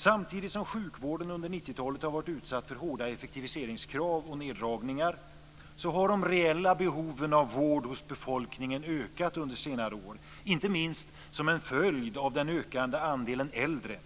Samtidigt som sjukvården under 90-talet har varit utsatt för hårda effektiviseringskrav och neddragningar har de reella behoven av vård hos befolkningen ökat under senare år, inte minst som en följd av den ökande andelen äldre.